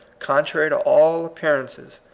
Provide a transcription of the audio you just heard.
contrary to all appearances,